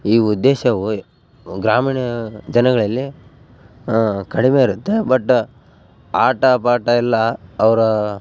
ಈ ಉದ್ದೇಶ ಹೋಯೆ ಗ್ರಾಮೀಣಾ ಜನಗಳಲ್ಲಿ ಕಡಿಮೆ ಇರುತ್ತೆ ಬಟ್ ಆಟ ಪಾಠ ಎಲ್ಲ ಅವ್ರ